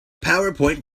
powerpoint